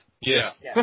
Yes